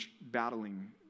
battling